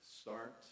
start